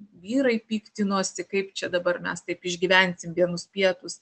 vyrai piktinosi kaip čia dabar mes taip išgyvensim vienus pietus